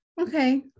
Okay